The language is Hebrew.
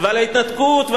ועל ההתנתקות,